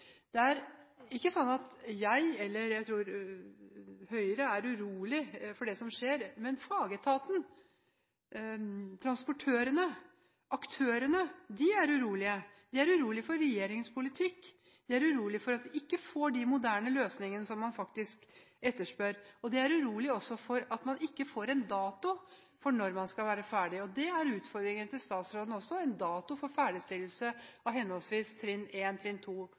Det er ikke slik at jeg eller Høyre, tror jeg, er urolige for det som skjer, men fagetaten, transportørene – aktørene – er urolige. De er urolige for regjeringens politikk, de er urolige for at vi ikke får de moderne løsningene som man faktisk etterspør, og de er urolige også for at man ikke får en dato for når man skal være ferdig. Det er utfordringen til statsråden også, en dato for ferdigstillelse av henholdsvis trinn 1, trinn